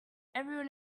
everyone